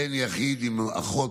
בן יחיד עם אחות,